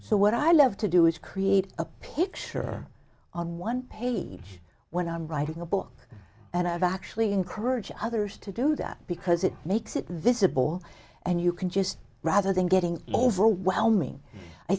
so what i love to do is create a picture on one page when i'm writing a book and i've actually encourage others to do that because it makes it visible and you can just rather than getting overwhelming i